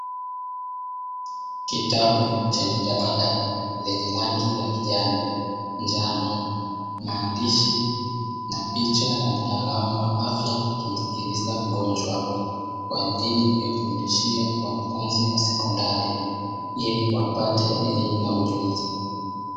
Kitabu chenye jalada lenye rangi ya kijani, njano, maandishi na picha ya mtaalamu wa afya akimsikiliza mgonjwa kwa ajili ya kufundishia wanafunzi wa sekondari ili wapate elimu na ujuzi.